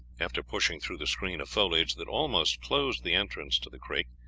after pushing through the screen of foliage that almost closed the entrance to the creek,